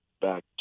back